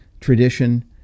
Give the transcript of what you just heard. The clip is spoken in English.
Tradition